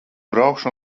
braukšu